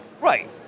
Right